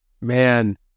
man